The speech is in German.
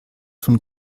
von